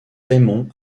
raymond